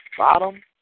Bottom